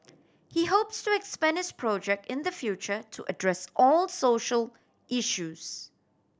he hopes to expand his project in the future to address all social issues